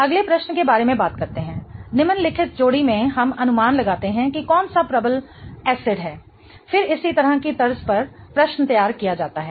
अगले प्रश्न के बारे में बात करते हैं निम्नलिखित जोड़े में हम अनुमान लगाते हैं कि कौन सा प्रबल एसिडअम्ल है फिर इसी तरह की तर्ज पर प्रश्न तैयार किया जाता है